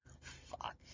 Fuck